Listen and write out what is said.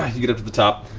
um you get up to the top.